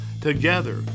Together